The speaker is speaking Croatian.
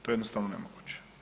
To je jednostavno nemoguće.